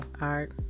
art